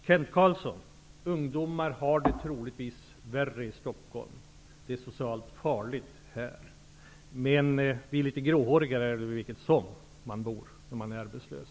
Kent Carlsson, ungdomar har det troligtvis värre i Stockholm. Det är socialt farligt här. Men för oss litet gråhårigare går det nog på ett ut var man bor, om man är arbetslös.